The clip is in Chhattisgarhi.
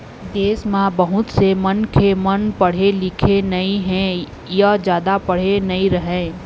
देश म बहुत से मनखे मन पढ़े लिखे नइ हे य जादा पढ़े नइ रहँय